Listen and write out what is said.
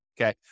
okay